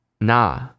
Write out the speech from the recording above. Nah